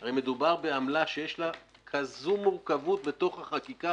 -- -הרי מדובר בעמלה שיש לה כזו מורכבות בתוך החקיקה